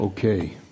Okay